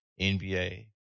NBA